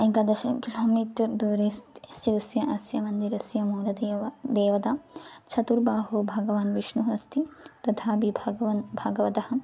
एकादश किलोमीटर् दूरे स् स्थितस्य अस्य मन्दिरस्य मूलदेव देवता चतुर्बाहो भगवान् विष्णुः अस्ति तथापि भगवन् भगवतः